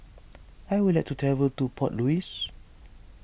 I would like to travel to Port Louis